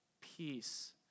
peace